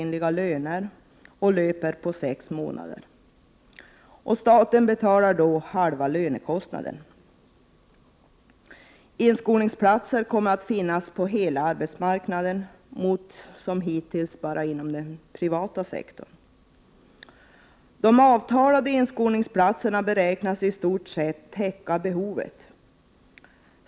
9” månader. Staten betalar halva lönekostnaden. Inskolningsplatser kommer att finnas på hela arbetsmarknaden. Hittills har de bara funnits inom den privata sektorn. De avtalade inskolningsplatserna beräknas i stort sett täcka behovet.